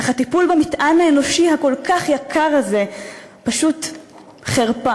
אך הטיפול במטען האנושי הכל-כך יקר הזה הוא פשוט חרפה.